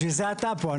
בשביל זה אתה פה.